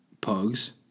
Pugs